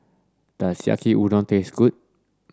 does Yaki Udon taste good